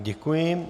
Děkuji.